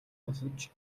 босож